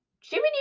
Jimmy